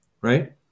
right